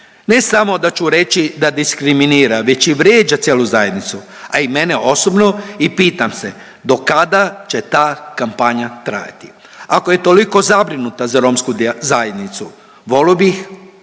Ne samo da ću reći da diskriminira, već i vrijeđa cijelu zajednicu, a i mene osobno i pitam se do kada će ta kampanja trajati? Ako je toliko zabrinuta za romsku zajednicu, voleo bih